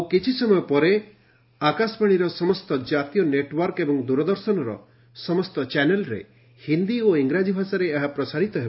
ଆଉ କିଛି ସମୟ ପରେ ଆକାଶବାଣୀର ସମସ୍ତ ଜାତୀୟ ନେଟଓାର୍କ ଏବଂ ଦୂରଦର୍ଶନର ସମସ୍ତ ଚ୍ୟାନେଲରେ ହିନ୍ଦୀ ଓ ଇଂରାଜୀ ଭାଷାରେ ଏହା ପ୍ରସାରିତ ହେବ